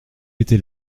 était